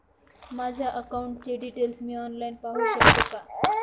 माझ्या अकाउंटचे डिटेल्स मी ऑनलाईन पाहू शकतो का?